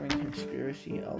Conspiracy